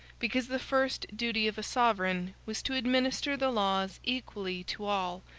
because the first duty of a sovereign was to administer the laws equally to all,